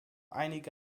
einige